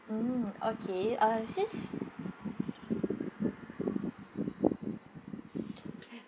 mm okay uh since